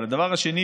אבל הדבר השני,